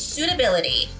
Suitability